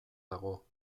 dago